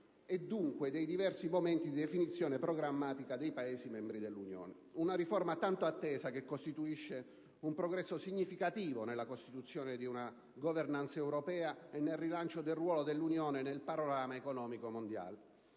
e, dunque, dei diversi momenti di definizione programmatica dei Paesi membri dell'Unione. È una riforma molto attesa che costituisce un progresso significativo nella costruzione di una *governance* europea e nel rilancio del ruolo dell'Unione nel panorama economico mondiale.